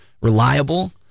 reliable